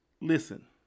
listen